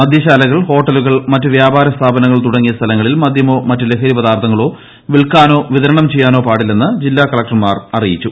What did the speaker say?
മദ്യശാലകൾ ഹോട്ടലുകൾ മറ്റ് വ്യാപാര സ്ഥാപനങ്ങൾ തുടങ്ങിയ സ്ഥലങ്ങളിൽ മദ്യമോ മറ്റ് ലഹരി പദാർഥങ്ങളോ വിൽക്കാനോ വിതരണം ചെയ്യാനോ പാടില്ലെന്ന് ജില്ലാ കലക്ടർമാർ അറിയിച്ചു